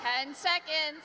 ten seconds